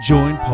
Join